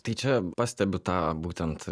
tai čia pastebiu tą būtent